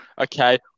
Okay